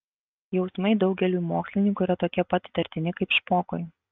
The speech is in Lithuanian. jausmai daugeliui mokslininkų yra tokie pat įtartini kaip špokui